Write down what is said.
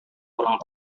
kurang